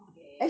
okay